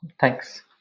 Thanks